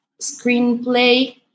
screenplay